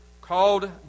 called